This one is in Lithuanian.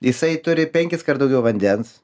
jisai turi penkiskart daugiau vandens